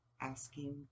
asking